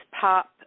pop